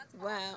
Wow